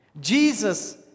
Jesus